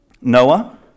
Noah